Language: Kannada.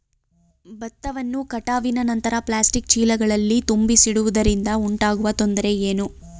ಭತ್ತವನ್ನು ಕಟಾವಿನ ನಂತರ ಪ್ಲಾಸ್ಟಿಕ್ ಚೀಲಗಳಲ್ಲಿ ತುಂಬಿಸಿಡುವುದರಿಂದ ಉಂಟಾಗುವ ತೊಂದರೆ ಏನು?